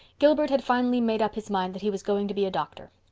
gilbert had finally made up his mind that he was going to be a doctor.